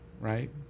right